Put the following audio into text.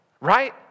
right